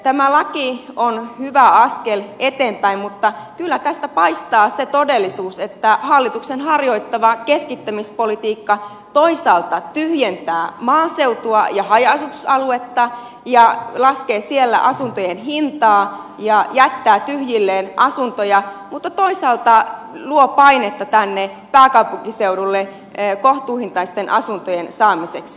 tämä laki on hyvä askel eteenpäin mutta kyllä tästä paistaa se todellisuus että hallituksen harjoittama keskittämispolitiikka toisaalta tyhjentää maaseutua ja haja asutusaluetta ja laskee siellä asuntojen hintaa ja jättää tyhjilleen asuntoja mutta toisaalta luo painetta tänne pääkaupunkiseudulle kohtuuhintaisten asuntojen saamiseksi